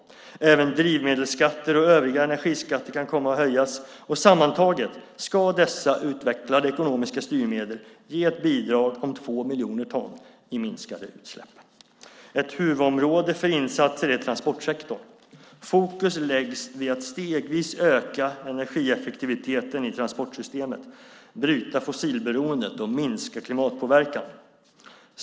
Även drivmedelsskatter och övriga energiskatter kan komma att höjas. Sammantaget ska dessa utvecklade ekonomiska styrmedel ge ett bidrag på två miljoner ton i minskade utsläpp. Ett huvudområde för insatser är transportsektorn. Fokus läggs vid att stegvis öka energieffektiviteten i transportsystemet, bryta fossilberoendet och minska klimatpåverkan.